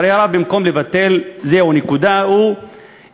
לצערי הרב, במקום לבטל, זהו, נקודה, הוא המשיך.